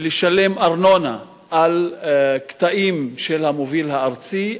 לשלם ארנונה על קטעים של המוביל הארצי,